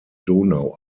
donau